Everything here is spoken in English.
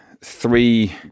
Three